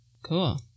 Cool